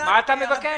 מה אתה מבקש?